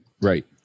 Right